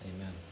Amen